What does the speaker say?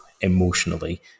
emotionally